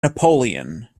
napoleon